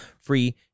free